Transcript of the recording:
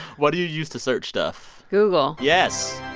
what do you use to search stuff? google yes